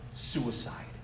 suicide